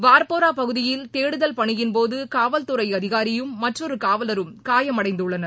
வார்போரா பகுதியில் தேடுதல் பணியின் போது காவல்துறை அதிகாரியும் மற்றொரு காவலரும் காயமடைந்துள்ளனர்